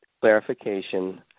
clarification